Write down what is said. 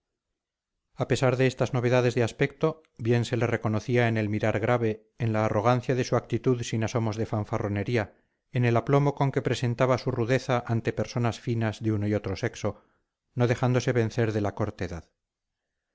a pesar de estas novedades de aspecto bien se le reconocía en el mirar grave en la arrogancia de su actitud sin asomos de fanfarronería en el aplomo con que presentaba su rudeza ante personas finas de uno y otro sexo no dejándose vencer de la cortedad